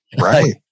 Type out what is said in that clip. Right